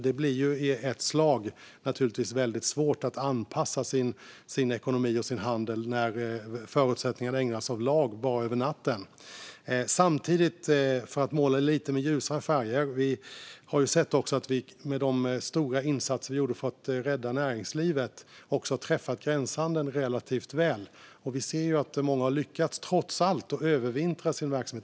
Det blir i ett slag svårt att anpassa sin ekonomi och sin handel när förutsättningarna ändras av lag bara över natten. Samtidigt, för att måla med lite ljusare färger: Vi har sett att vi med de stora insatser vi gjorde för att rädda näringslivet också har träffat gränshandeln relativt väl. Vi ser att många trots allt har lyckats få sin verksamhet att övervintra.